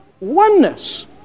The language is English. Oneness